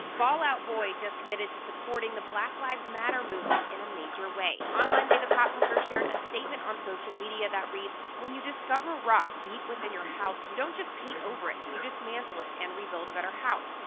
fall out boy just committed to supporting the black lives matter movement in a major way. on monday, the pop-punkers shared a statement on social media that reads, when you discover rot deep within your house, you don't just paint over it. you dismantle it and rebuild a better house.